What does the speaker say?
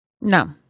No